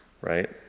Right